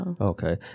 Okay